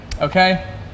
Okay